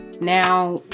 Now